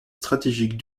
stratégiques